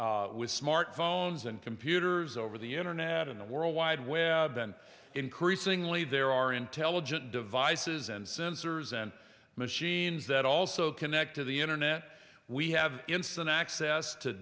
with smart phones and computers over the internet in a world wide web and increasingly there are intelligent devices and sensors and machines that also connect to the internet we have instant access to